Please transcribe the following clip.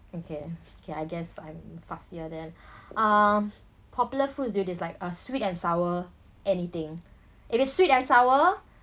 okay okay I guess I'm fussier then um popular foods you dislike uh sweet and sour anything if it's sweet and sour